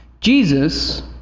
Jesus